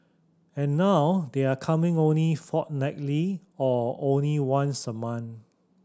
and now they're coming only fortnightly or only once a month